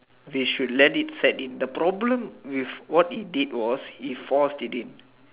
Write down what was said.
we should let it set in the problem with what it did was before he did